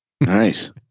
Nice